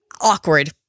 awkward